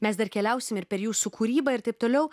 mes dar keliausim ir per jūsų kūrybą ir taip toliau